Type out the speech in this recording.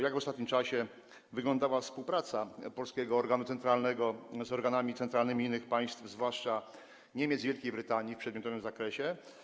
Jak w ostatnim czasie wyglądała współpraca polskiego organu centralnego z organami centralnymi innych państw, zwłaszcza Niemiec i Wielkiej Brytanii, w przedmiotowym zakresie?